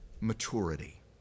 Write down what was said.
maturity